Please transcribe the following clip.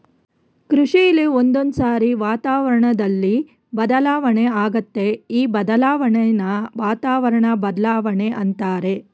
ಕೃಷಿಲಿ ಒಂದೊಂದ್ಸಾರಿ ವಾತಾವರಣ್ದಲ್ಲಿ ಬದಲಾವಣೆ ಆಗತ್ತೆ ಈ ಬದಲಾಣೆನ ವಾತಾವರಣ ಬದ್ಲಾವಣೆ ಅಂತಾರೆ